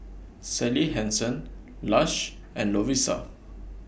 Sally Hansen Lush and Lovisa